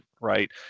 right